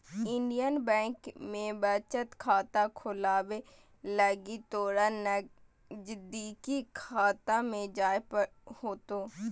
Indian Bank में बचत खाता खोलावे लगी तोरा नजदीकी शाखा में जाय होतो